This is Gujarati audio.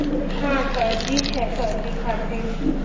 હા શરદી છે શરદી ખાંસી